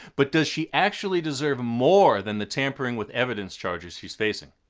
but does she actually deserve more than the tampering with evidence charges she's facing?